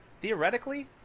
Theoretically